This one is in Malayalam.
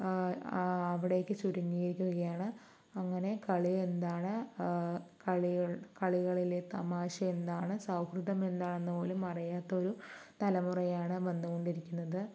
അവിടേയ്ക്ക് ചുരുങ്ങിയിരിക്കുകയാണ് അങ്ങനെ കളി എന്താണ് കളികൾ കളികളിലെ തമാശ എന്താണ് സൗഹൃദം എന്താണെന്ന് പോലും അറിയാത്ത ഒരു തലമുറയാണ് വന്നു കൊണ്ടിരിക്കുന്നത്